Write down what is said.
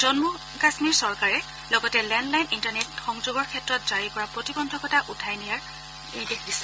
জম্মু কাশ্মীৰ চৰকাৰে লগতে landline internet সংযোগৰ ক্ষেত্ৰত জাৰি কৰা প্ৰতিবন্ধকতা উঠাই দিয়াৰ নিৰ্দেশ দিছে